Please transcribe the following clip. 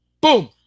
boom